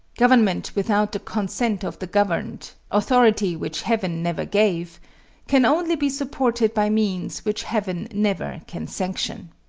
government without the consent of the governed authority which heaven never gave can only be supported by means which heaven never can sanction.